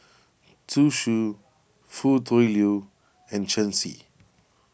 Zhu Xu Foo Tui Liew and Shen Xi